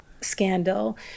scandal